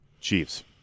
Chiefs